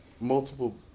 multiple